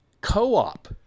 co-op